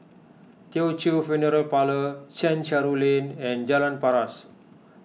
Teochew Funeral Parlour Chencharu Lane and Jalan Paras